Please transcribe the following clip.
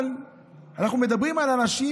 אבל אנחנו מדברים על אנשים